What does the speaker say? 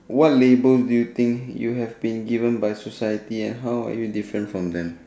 what labels do you think you have been given by society and how are you different from them